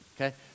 Okay